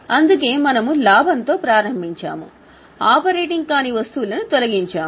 అందుకే మనము లాభంతో ప్రారంభించాము ఆపరేటింగ్ కాని వస్తువులను తొలగించాము